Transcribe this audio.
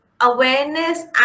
awareness